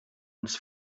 uns